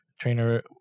trainer